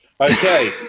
Okay